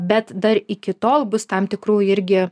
bet dar iki tol bus tam tikrų irgi